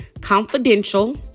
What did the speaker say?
confidential